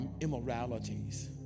immoralities